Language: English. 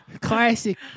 Classic